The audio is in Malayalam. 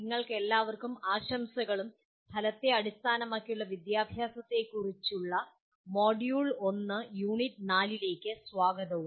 നിങ്ങൾക്കെല്ലാവർക്കും ആശംസകളും ഫലത്തെ അടിസ്ഥാനമാക്കിയുള്ള വിദ്യാഭ്യാസത്തെക്കുറിച്ചുള്ള മൊഡ്യൂൾ 1 യൂണിറ്റ് 4 ലേക്ക് സ്വാഗതവും